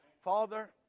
Father